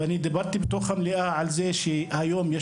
ואני דיברתי במליאה על זה שהיום עדיין יש